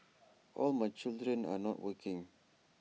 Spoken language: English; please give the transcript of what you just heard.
all my children are not working